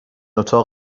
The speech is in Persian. اتاق